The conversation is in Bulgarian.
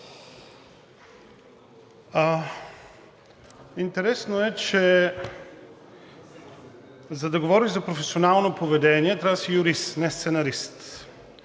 интересно е, че за да говориш за професионално поведение, трябва да си юрист, а не сценарист.